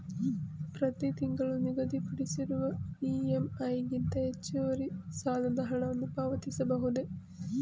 ಪ್ರತಿ ತಿಂಗಳು ನಿಗದಿಪಡಿಸಿರುವ ಇ.ಎಂ.ಐ ಗಿಂತ ಹೆಚ್ಚುವರಿ ಸಾಲದ ಹಣವನ್ನು ಪಾವತಿಸಬಹುದೇ?